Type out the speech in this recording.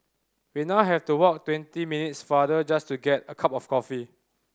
we now have to walk twenty minutes farther just to get a cup of coffee